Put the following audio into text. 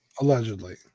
allegedly